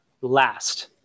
Last